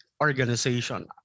organization